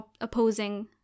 opposing